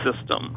system